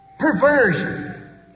Perversion